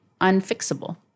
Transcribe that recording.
unfixable